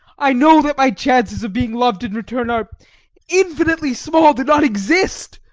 i know that my chances of being loved in return are infinitely small, do not exist,